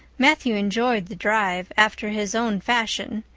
matthew enjoyed the drive after his own fashion,